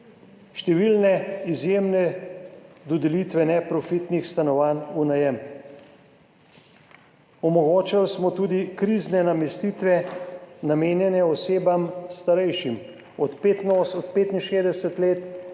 številne izjemne dodelitve neprofitnih stanovanj v najem. Omogočili smo tudi krizne namestitve, namenjene osebam, starejšim od 65 let,